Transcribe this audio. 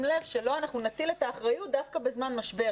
לב שאנחנו לא נטיל את האחריות דווקא בזמן משבר,